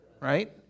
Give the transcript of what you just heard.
right